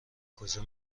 کجا